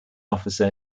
officer